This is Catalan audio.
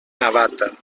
navata